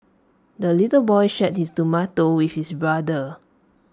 the little boy shared his tomato with his brother